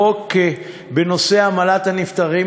הצעת חוק בנושא עמלת הנפטרים.